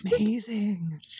amazing